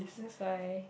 just like